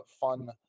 fun